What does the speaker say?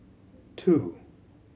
two